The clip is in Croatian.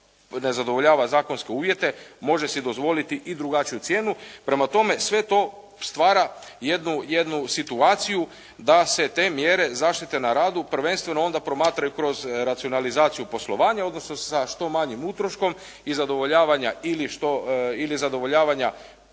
ne zadovoljava zakonske uvjete, može si dozvoliti i drugačiju cijenu. Prema tome sve to stvara jednu situaciju da se te mjere zaštite na radu prvenstveno onda promatraju kroz racionalizaciju poslovanja odnosno sa što manjim utroškom i zadovoljavanja